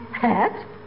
Hat